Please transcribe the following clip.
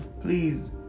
please